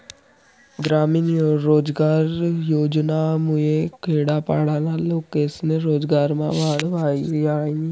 ग्रामीण रोजगार योजनामुये खेडापाडाना लोकेस्ना रोजगारमा वाढ व्हयी रायनी